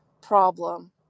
problem